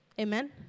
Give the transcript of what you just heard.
Amen